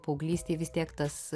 paauglystėj vis tiek tas